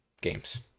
games